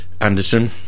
Anderson